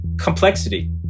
complexity